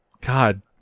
God